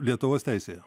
lietuvos teisėje